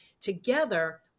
together